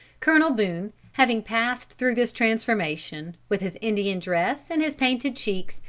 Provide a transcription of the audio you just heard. colonel boone having passed through this transformation, with his indian dress and his painted cheeks,